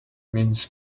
means